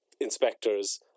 inspectors